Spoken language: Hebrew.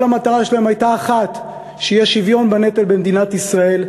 כל המטרה שלהם הייתה אחת: שיהיה שוויון בנטל במדינת ישראל.